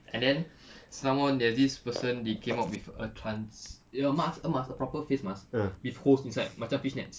and then some more there's this person they came out with a trans~ a mask a mask a proper face mask with holes inside macam fish nets